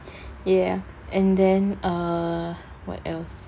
ya and then err what else